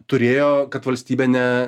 turėjo kad valstybė ne